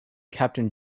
captain